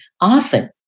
often